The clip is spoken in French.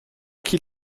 qu’il